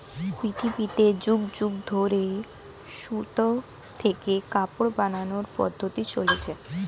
পৃথিবীতে যুগ যুগ ধরে সুতা থেকে কাপড় বানানোর পদ্ধতি চলছে